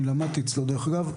אני למדתי אצלו דרך אגב,